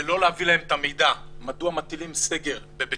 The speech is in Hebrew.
בלי להביא להם את המידע מדוע מטילים סגר בבית